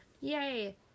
Yay